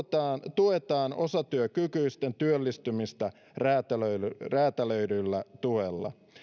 tuetaan osatyökykyisten työllistymistä räätälöidyllä räätälöidyllä tuella